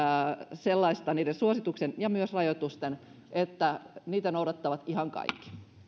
sellaista niiden suosituksien ja myös rajoitusten että niitä noudattavat ihan kaikki